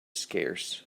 scarce